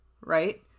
right